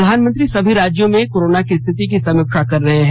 प्रधानमंत्री सभी राज्यों में कोरोना की स्थिति की समीक्षा कर रहे हैं